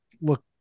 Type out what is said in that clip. look